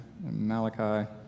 Malachi